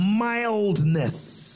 Mildness